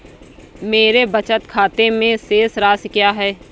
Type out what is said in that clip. मेरे बचत खाते में शेष राशि क्या है?